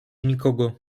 nikogo